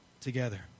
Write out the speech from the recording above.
together